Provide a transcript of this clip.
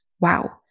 wow